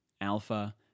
Alpha